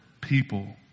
people